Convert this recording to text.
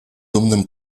dumnym